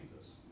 Jesus